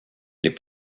les